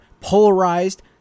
polarized